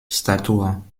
statur